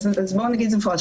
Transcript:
נגיד את זה במפורש.